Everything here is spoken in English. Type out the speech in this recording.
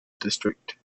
district